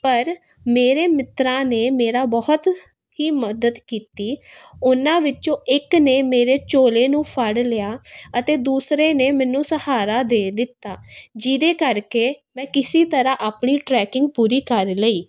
ਪਰ ਮੇਰੇ ਮਿੱਤਰਾਂ ਨੇ ਮੇਰਾ ਬਹੁਤ ਹੀ ਮਦਦ ਕੀਤੀ ਉਹਨਾਂ ਵਿੱਚੋਂ ਇੱਕ ਨੇ ਮੇਰੇ ਝੋਲੇ ਨੂੰ ਫੜ ਲਿਆ ਅਤੇ ਦੂਸਰੇ ਨੇ ਮੈਨੂੰ ਸਹਾਰਾ ਦੇ ਦਿੱਤਾ ਜਿਹਦੇ ਕਰ ਕੇ ਮੈਂ ਕਿਸੀ ਤਰ੍ਹਾਂ ਆਪਣੀ ਟਰੈਕਿੰਗ ਪੂਰੀ ਕਰ ਲਈ